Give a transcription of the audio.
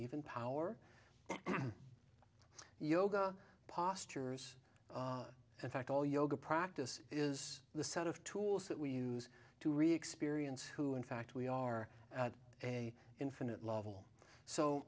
even power yoga postures and fact all yoga practice is the set of tools that we use to re experience who in fact we are at a infinite level so